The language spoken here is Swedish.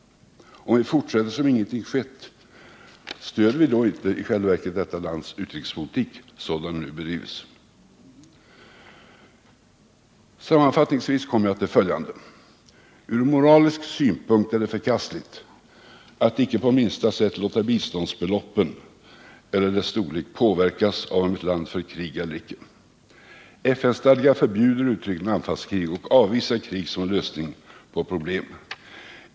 Om vi fortsätter som om ingenting skett, stöder vi då inte i själva verket detta lands utrikespolitik sådan denna bedrivs? Sammanfattningsvis kommer jag till följande: Ur moralisk synpunkt är det förkastligt att icke på minsta sätt låta biståndsbeloppen påverkas av om ett land för krig eller inte. FN-stadgan förbjuder uttryckligen anfallskrig och avvisar krig som lösning på problemen.